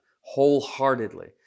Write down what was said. wholeheartedly